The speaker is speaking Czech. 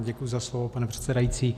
Děkuji za slovo, pane předsedající.